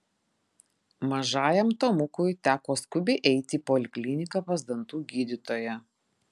mažajam tomukui teko skubiai eiti į polikliniką pas dantų gydytoją